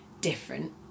different